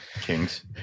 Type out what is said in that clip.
Kings